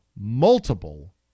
multiple